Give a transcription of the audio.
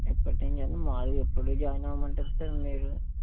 ఎప్పటి నుంచి అంటే మాములుగా ఎప్పుడుకి జాయిన్ అవ్వమంటారు సార్ మీరు